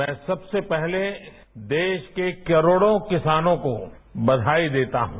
मैं सबसे पहले देश के करोड़ो किसानों को बघाई देता हूं